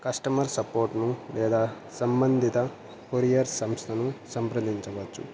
customer సపోర్ట్ను లేదా సంబంధిత కొరియర్ సంస్థను సంప్రదించవచ్చు